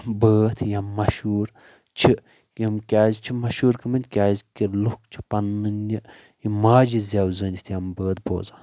بٲتھ یَمہٕ مشہوٗر چھِ یِم کیازِ چھِ مشہوٗر گٔمٕتۍ کیازِ کہِ لُکھ چھِ پننہِ یہِ ماجہِ زیٚو زٲنتھ یِم بٲتھ بوزان